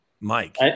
Mike